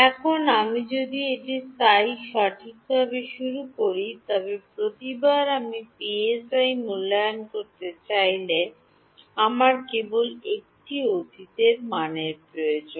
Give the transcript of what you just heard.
এখন আমি যদি এটি Ψ সঠিকভাবে শুরু করি তবে প্রতিবার আমি পিএসআই মূল্যায়ন করতে চাইলে আমার কেবল একটি অতীত মান প্রয়োজন